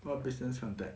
what business contact